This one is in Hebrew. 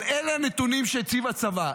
אבל אלה הנתונים שהציב הצבא,